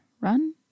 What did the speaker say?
Run